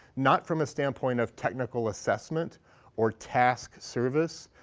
not from a standpoint of technical assessment or task service,